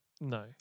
No